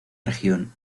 región